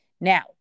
Now